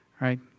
right